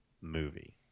movie